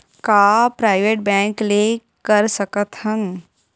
का private bank ले कर सकत हन?